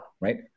right